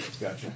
Gotcha